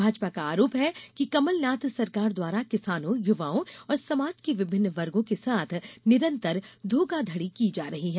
भाजपा का आरोप है कि कमल नाथ सरकार द्वारा किसानों युवाओं और समाज के विभिन्न वर्गो के साथ निरंतर धोखाधड़ी की जा रही है